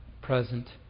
present